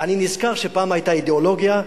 אני נזכר שפעם היתה אידיאולוגיה,